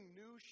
new